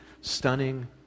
stunning